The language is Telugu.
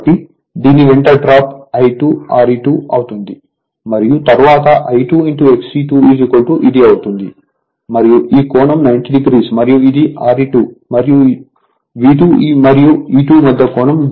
కాబట్టి దీని వెంట డ్రాప్ I2 Re2 అవుతుంది మరియు తరువాత I2 XE2 ఇది అవుతుంది మరియు ఈ కోణం 90 o మరియు ఇది Re2 మరియు V2 మరియు E2 మధ్య కోణం